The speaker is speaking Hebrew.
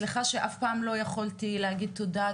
סליחה שאף פעם לא יכולתי להגיד תודה,